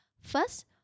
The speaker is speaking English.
First